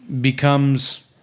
becomes –